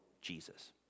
Jesus